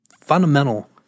fundamental